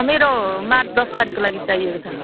मेरो मार्च दस तारिखको लागि चाहिएको छ